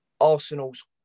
Arsenal's